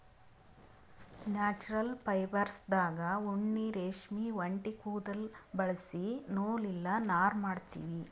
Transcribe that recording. natural ಫೈಬರ್ಸ್ದಾಗ್ ಉಣ್ಣಿ ರೇಷ್ಮಿ ಒಂಟಿ ಕುದುಲ್ ಬಳಸಿ ನೂಲ್ ಇಲ್ಲ ನಾರ್ ಮಾಡ್ತೀವಿ